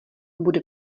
bude